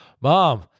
Mom